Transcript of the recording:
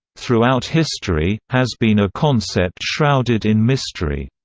throughout history, has been a concept shrouded in mystery.